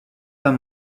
pas